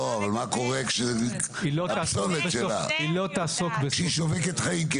אבל מה קורה עם הפסולת שלה כשהיא שובקת חיים?